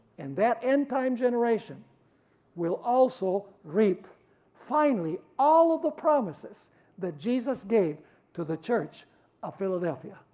and that end-time generation will also reap finally all of the promises that jesus gave to the church of philadelphia.